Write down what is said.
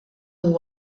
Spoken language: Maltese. mhu